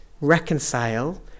reconcile